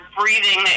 breathing